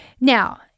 now